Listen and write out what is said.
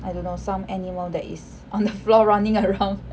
I don't know some animal that is on the floor running around